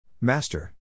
Master